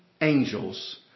angels